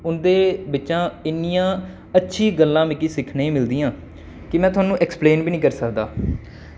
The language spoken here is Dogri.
उं'दे बिच्चा इन्नियां अच्छी गल्लां मिगी सिक्खने गी मिलदियां कि में थुआनूं ऐक्सप्लेन बी निं करी सकदा